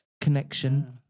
connection